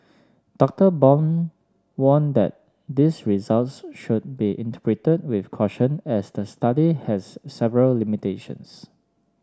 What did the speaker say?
Doctor Bong warned that these results should be interpreted with caution as the study has several limitations